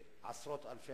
עשרות אלפי